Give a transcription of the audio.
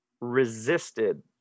resisted